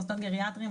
מוסדות גריאטריים,